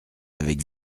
avec